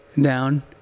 down